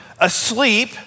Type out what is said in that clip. asleep